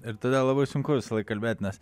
ir tada labai sunku visąlaik kalbėti nes